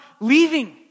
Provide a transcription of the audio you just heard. leaving